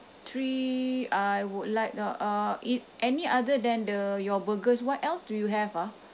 three I would like the uh it any other than the your burgers what else do you have ah